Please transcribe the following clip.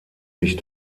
sich